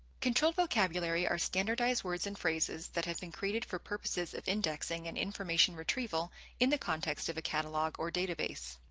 controlled vocabulary are standardized words and phrases that have been created for purposes of indexing and information retrieval in the context of a catalog or database.